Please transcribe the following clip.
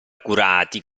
curati